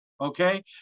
Okay